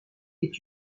est